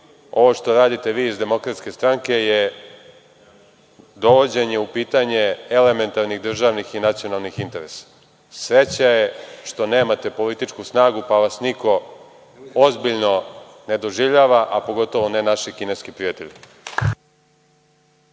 ovo što radite vi iz DS je dovođenje u pitanje elementarnih državnih i nacionalnih interesa. Sreća je što nemate političku snagu, pa vas niko ozbiljno ne doživljava, a pogotovo ne naši kineski prijatelji.